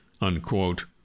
unquote